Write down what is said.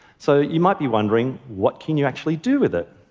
so you might be wondering what can you actually do with it?